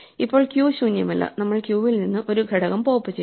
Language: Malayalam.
ഇപ്പോൾ ക്യൂ ശൂന്യമല്ല നമ്മൾ ക്യൂവിൽ നിന്ന് ഒരു ഘടകം പോപ്പ് ചെയ്യുന്നു